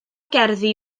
gerddi